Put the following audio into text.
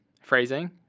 phrasing